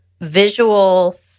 visual